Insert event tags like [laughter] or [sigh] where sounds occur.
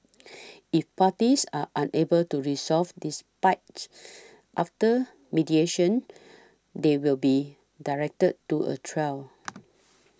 if parties are unable to resolve despite [noise] after mediation they will be directed to a trial